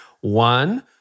one